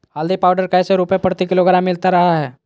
हल्दी पाउडर कैसे रुपए प्रति किलोग्राम मिलता रहा है?